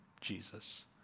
Jesus